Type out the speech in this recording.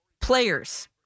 players